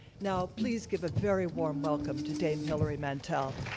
now please give a very warm welcome to dame hilary mantel.